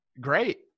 Great